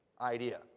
idea